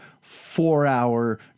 four-hour